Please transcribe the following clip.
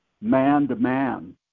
man-to-man